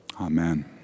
amen